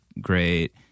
great